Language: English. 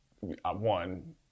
one